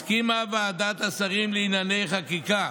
הסכימה ועדת השרים לענייני חקיקה